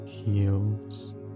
heals